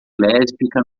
lésbica